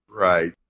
Right